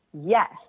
Yes